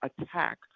attack